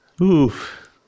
Oof